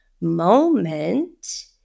moment